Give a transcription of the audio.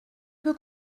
peu